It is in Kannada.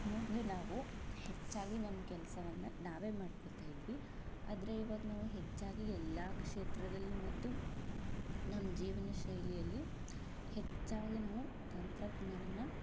ಮೊದಲು ನಾವು ಹೆಚ್ಚಾಗಿ ನಮ್ಮ ಕೆಲಸವನ್ನು ನಾವೇ ಮಾಡ್ಕೊಳ್ತಾ ಇದ್ವಿ ಆದರೆ ಇವಾಗ ನಾವು ಹೆಚ್ಚಾಗಿ ಎಲ್ಲ ಕ್ಷೇತ್ರದಲ್ಲೂ ಮತ್ತು ನಮ್ಮ ಜೀವನಶೈಲಿಯಲ್ಲಿ ಹೆಚ್ಚಾಗಿ ನಾವು ತಂತ್ರಜ್ಞಾನನ